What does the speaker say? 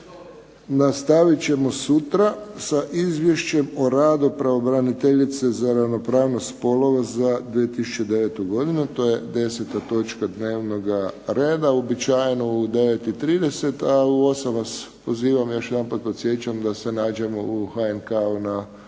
Nastavit ćemo sutra sa Izvješćem o radu pravobraniteljice za ravnopravnost spolova za 2009. godinu, to je 10. točka dnevnog reda, uobičajeno u 9,30. A u 20 sati vas pozivam i još jedanput podsjećam da se nađemo u HNK-u na